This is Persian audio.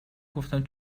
گفتم